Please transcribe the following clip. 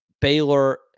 Baylor